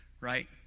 right